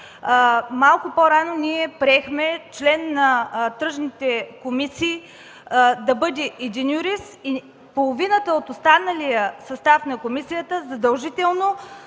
Малко по-рано приехме член на тръжните комисии да бъде един юрист и половината от останалия състав на комисията задължително